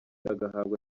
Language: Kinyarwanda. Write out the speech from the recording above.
agahabwa